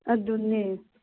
ꯑꯗꯨꯅꯦ